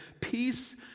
Peace